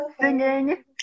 singing